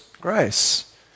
grace